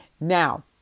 Now